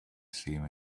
same